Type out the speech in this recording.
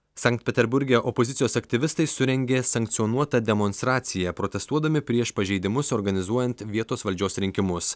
sankt peterburge opozicijos aktyvistai surengė sankcionuotą demonstraciją protestuodami prieš pažeidimus organizuojant vietos valdžios rinkimus